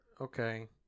Okay